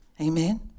Amen